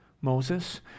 Moses